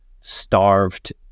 starved